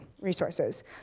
resources